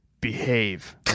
Behave